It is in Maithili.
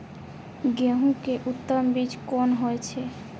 गेंहू के उत्तम बीज कोन होय छे?